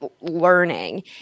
learning